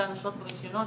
מתן אשרות ורישיונות,